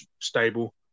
stable